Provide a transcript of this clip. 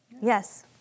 Yes